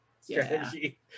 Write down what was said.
strategy